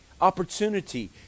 opportunity